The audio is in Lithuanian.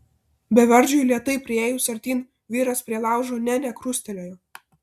bevardžiui lėtai priėjus artyn vyras prie laužo nė nekrustelėjo